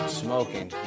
smoking